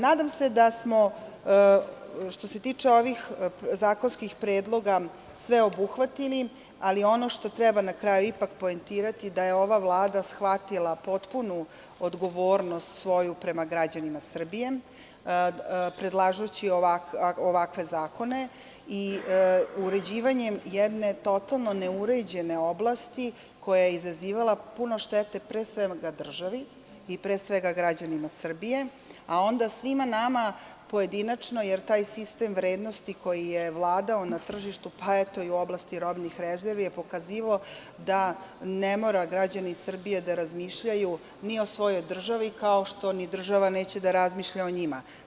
Nadam se da smo, što se tiče ovih zakonskih predloga sve obuhvatili, ali ono što treba na kraju poentirati, da je ova vlada shvatila potpunu odgovornost svoju prema građanima Srbije, predlažući ovakve zakone i uređivanjem jedne, totalno neuređene oblasti koja je izazivala puno štete, pre svega državi i građanima Srbije, a onda svima nama pojedinačno, jer taj sistem vrednosti koji je vladao na tržištu, pa i u oblasti robnih rezervi je pokazivao da ne moraju građani Srbije da razmišljaju, ni o svojoj državi, kao ni što država neće da razmišlja o njima.